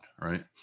right